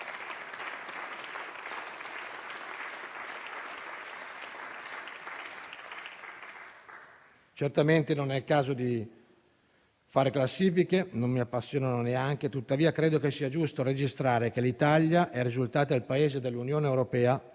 Certamente non è il caso di fare classifiche - non mi appassionano neanche - ma credo sia giusto registrare che l'Italia è risultata il Paese dell'Unione europea